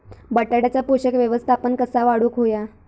बटाट्याचा पोषक व्यवस्थापन कसा वाढवुक होया?